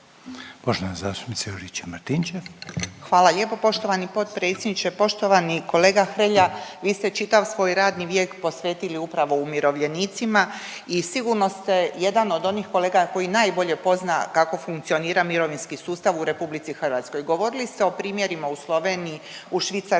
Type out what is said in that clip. **Juričev-Martinčev, Branka (HDZ)** Hvala lijepo poštovani potpredsjedniče. Poštovani kolega Hrelja, vi ste čitav svoj radni vijek posvetili upravo umirovljenicima i sigurano ste jedan od onih kolega koji najbolje pozna kako funkcionira mirovinski sustav u RH. Govorili ste o primjerima u Sloveniji, u Švicarskoj,